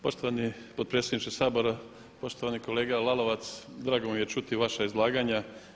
Poštovani potpredsjedniče Sabora, poštovani kolega Lalovac drago mi je čuti vaša izlaganja.